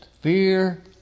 Fear